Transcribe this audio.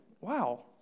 wow